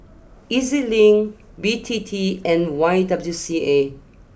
E Z Link B T T and Y W C A